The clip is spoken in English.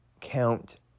count